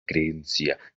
creencia